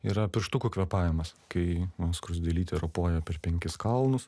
yra pirštukų kvėpavimas kai va skruzdėlytė ropoja per penkis kalnus